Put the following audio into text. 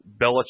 Belichick